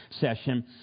session